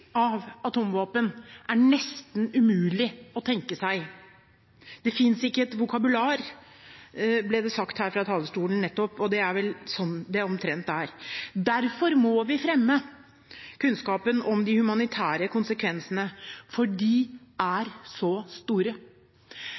av atomvåpen er nesten umulig å tenke seg. Det finnes ikke et vokabular, ble det sagt her fra talerstolen nettopp, og det er vel omtrent slik det er. Derfor må vi fremme kunnskapen om de humanitære konsekvensene, for de er så store.